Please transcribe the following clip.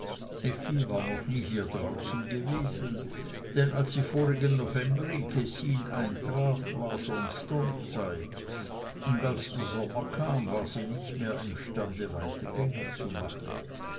war noch nie hier draußen gewesen denn als sie vorigen november in kessin eintraf war schon sturmzeit und als der sommer kam war sie nicht mehr imstande weite gänge zu machen